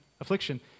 affliction